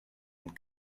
and